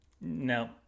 No